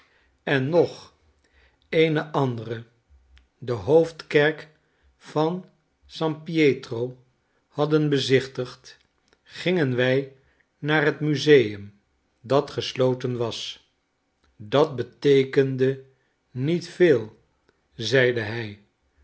en nog eene andere de hoofdkerk van san pietro hadden bezichtigd gingen wij naar het museum dat gesloten was dat beteekende niet veel zeide hij